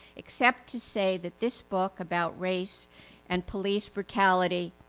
except to say that this book about race and police brutality